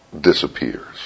disappears